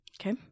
Okay